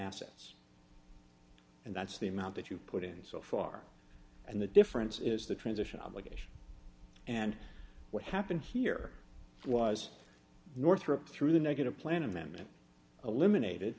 assets and that's the amount that you put in so far and the difference is the transition obligation and what happened here was northrop through the negative plan amendment eliminated